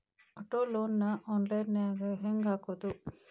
Auto loan ನ online ನ್ಯಾಗ್ ಹೆಂಗ್ ಹಾಕೊದು?